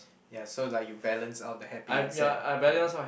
ya so like you balance out the happy and sad ya